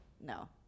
No